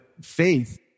faith